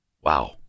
Wow